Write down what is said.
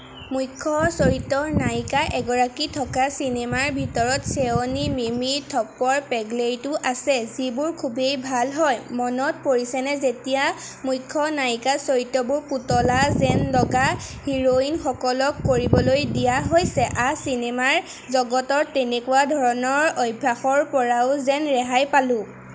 মুখ্য চৰিত্ৰৰ নায়িকা এগৰাকী থকা চিনেমাৰ ভিতৰত শ্বেয়নি মিমি থপ্পড় পেগলেইটও আছে যিবোৰ খুবেই ভাল হয় মনত পৰিছেনে যেতিয়া মুখ্য নায়িকা চৰিত্ৰবোৰ পুতলা যেন লগা হিৰোইনসকলক কৰিবলৈ দিয়া হৈছে আহ চিনেমাৰ জগতৰ তেনেকুৱা ধৰণৰ অভ্যাসৰ পৰাও যেন ৰেহাই পালোঁ